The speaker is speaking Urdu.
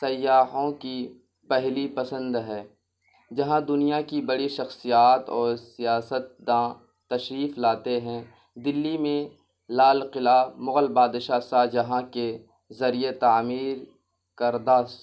سیاحوں کی پہلی پسند ہے جہاں دنیا کی بڑی شخصیات اور سیاستداں تشریف لاتے ہیں دہلی میں لال قلعہ مغل بادشاہ شاہ جہاں کے ذریعے تعمیر کردہ